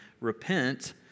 Repent